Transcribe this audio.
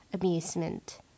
amusement